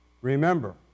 Remember